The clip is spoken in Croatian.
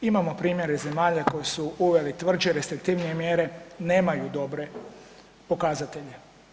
Imamo primjere zemalja koje su uvele tvrđe, restriktivnije mjere, nemaju dobre pokazatelje.